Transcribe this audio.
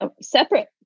separate